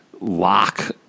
lock